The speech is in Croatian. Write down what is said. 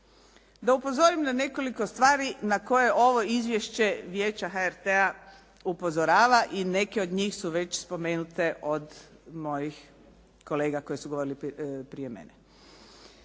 Da upozorim na nekoliko stvari na koje ovo izvješće Vijeća HRT-a upozorava i neke od njih su već spomenute od mojih kolega koji su govorili prije mene.